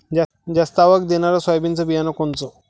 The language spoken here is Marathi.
जास्त आवक देणनरं सोयाबीन बियानं कोनचं?